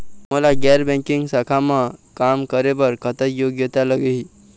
मोला गैर बैंकिंग शाखा मा काम करे बर कतक योग्यता लगही?